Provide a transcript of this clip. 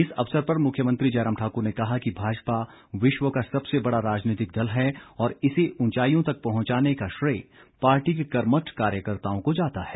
इस अवसर पर मुख्यमंत्री जयराम ठाकुर ने कहा कि भाजपा विश्व का सबसे बड़ा राजनीतिक दल है और इसे ऊंचाईयों तक पहुंचाने का श्रेय पार्टी के कर्मठ कार्यकर्त्ताओं को जाता है